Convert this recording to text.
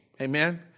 Amen